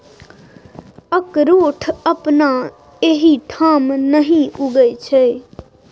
अकरोठ अपना एहिठाम नहि उगय छै